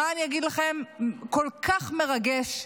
מה אני אגיד לכם, כל כך מרגש.